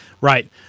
Right